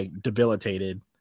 debilitated